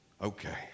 okay